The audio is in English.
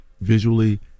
visually